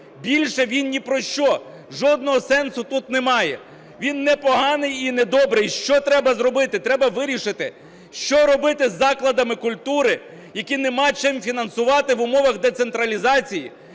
більше він ні про що, жодного сенсу тут немає, він не поганий і не добрий. Що треба зробити? Треба вирішити, що робити з закладами культури, які немає чим фінансувати в умовах децентралізації.